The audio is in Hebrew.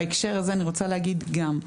בהקשר הזה אני רוצה להגיד גם,